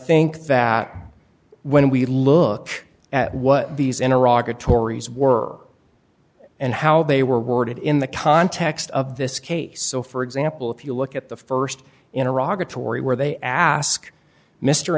think that when we look at what these in iraq are tories were and how they were worded in the context of this case so for example if you look at the st in iraq a tory where they ask mr